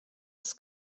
des